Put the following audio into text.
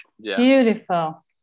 Beautiful